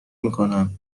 میکنم